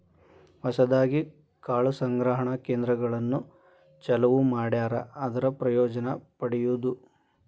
ಹೊಸದಾಗಿ ಕಾಳು ಸಂಗ್ರಹಣಾ ಕೇಂದ್ರಗಳನ್ನು ಚಲುವ ಮಾಡ್ಯಾರ ಅದರ ಪ್ರಯೋಜನಾ ಪಡಿಯುದು